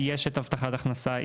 יש את הבטחת הכנסה,